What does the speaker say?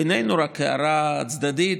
בינינו, רק הערה צדדית,